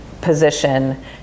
position